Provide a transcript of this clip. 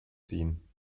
ziehen